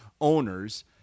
owners